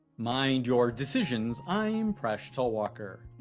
mind your decisions, i am presh talwalkar.